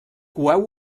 coeu